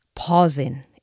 Pausing